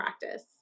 practice